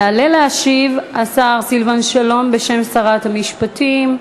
יעלה להשיב השר סילבן שלום בשם שרת המשפטים,